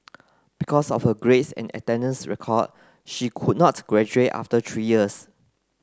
because of her grades and attendance record she could not graduate after three years